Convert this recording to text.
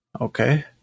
okay